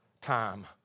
time